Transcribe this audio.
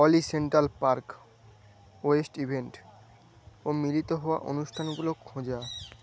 অলি central park west event ও মিলিত হওয়া অনুষ্ঠানগুলো খোঁজো